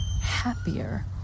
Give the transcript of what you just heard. happier